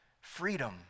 freedom